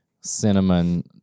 cinnamon